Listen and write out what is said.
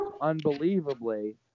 unbelievably